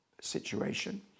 situation